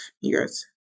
years